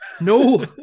No